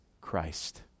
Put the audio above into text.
Christ